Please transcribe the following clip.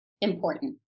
important